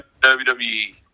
WWE